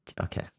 okay